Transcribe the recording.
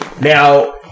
Now